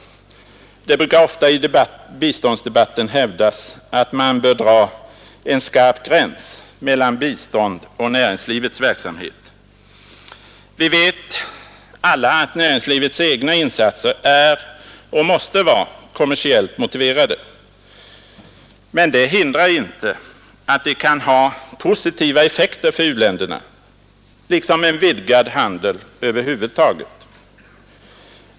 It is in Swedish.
Det hävdas ofta i biståndsdebatten, att man bör dra en skarp gräns mellan bistånd och näringslivets verksamhet. Vi vet alla att näringslivets egna insatser är och måste vara kommersiellt motiverade. Men det hindrar inte att de kan ha positiva effekter för u-länderna, liksom en vidgad handel över huvud taget.